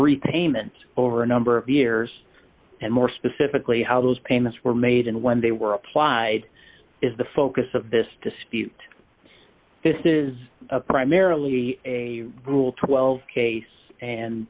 repayment over a number of years and more specifically how those payments were made and when they were applied is the focus of this dispute this is primarily a rule twelve case and